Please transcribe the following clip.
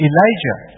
Elijah